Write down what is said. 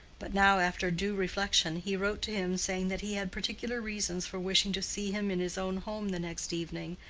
but now after due reflection he wrote to him saying that he had particular reasons for wishing to see him in his own home the next evening,